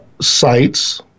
sites